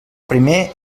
primer